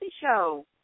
Show